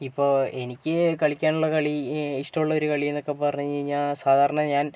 ഇപ്പോൾ എനിക്ക് കളിക്കാനുള്ള കളി ഇഷ്ടമുള്ള ഒരു കളി എന്നൊക്കെ പറഞ്ഞു കഴിഞ്ഞ് കഴിഞ്ഞാൽ സാധാരണ ഞാൻ